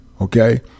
okay